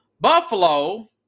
Buffalo